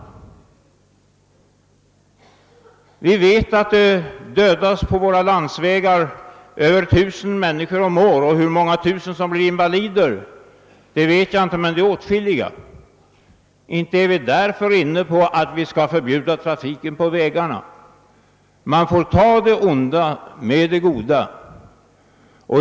Vi vet att det på våra landsvägar dödas över 1 000 människor om året. Hur många tusen som blir in valider vet jag inte, men det är åtskilliga. Inte är vi därför inne på tanken att vi skall förbjuda trafiken på vägarna. Man får ta det onda med det goda.